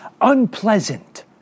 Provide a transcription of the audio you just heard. unpleasant